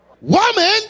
Woman